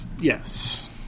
yes